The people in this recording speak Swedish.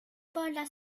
bara